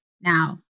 Now